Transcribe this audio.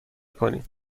کنیم